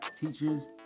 teachers